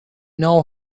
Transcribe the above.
know